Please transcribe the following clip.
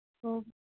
ਓ